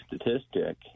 statistic